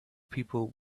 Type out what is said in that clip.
people